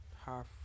half